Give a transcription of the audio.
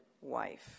wife